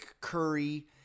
Curry